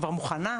כבר מוכנה,